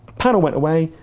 panel went away,